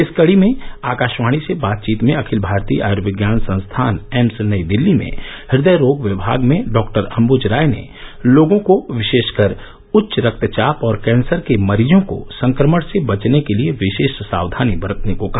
इस कड़ी में आकाशवाणी से बातचीत में अखिल भारतीय आयर्विज्ञान संस्थान एम्स नई दिल्ली में हृदय रोग विभाग में डॉ अंबज रॉय ने लोगों को विशेषकर उच्च रक्तचााप और कैंसर के मरीजों को संक्रमण से बचने के लिए विशेष साक्षानी बरतने को कहा